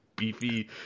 beefy